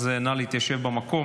נא להתיישב במקום.